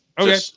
Okay